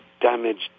damaged